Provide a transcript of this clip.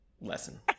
lesson